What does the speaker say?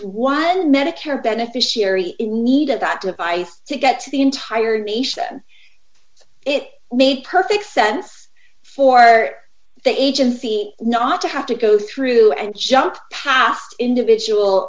one medicare beneficiary in need of that device to get to the entire nation it made perfect sense for the agency not to have to go through and jump past individual